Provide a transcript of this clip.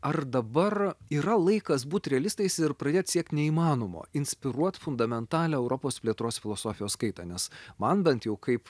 ar dabar yra laikas būt realistais ir pradėt siekt neįmanomo inspiruoti fundamentalią europos plėtros filosofijos kaitą nes man bent jau kaip